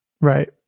right